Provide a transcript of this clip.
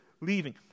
leaving